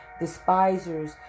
despisers